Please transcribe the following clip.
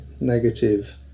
negative